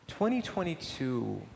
2022